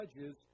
judges